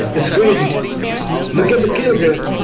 it's crazy look at the kind of the